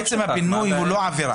עצם הפינוי הוא לא עבירה.